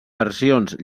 versions